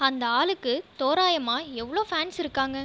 அந்த ஆளுக்கு தோராயமாக எவ்வளோ ஃபேன்ஸ் இருக்காங்க